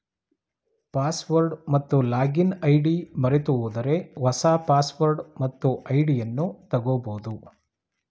password ಮತ್ತು login ID ಮರೆತುಹೋದರೆ ಹೊಸ ಪಾಸ್ವರ್ಡ್ ಮತ್ತು ಐಡಿಯನ್ನು ತಗೋಬೋದು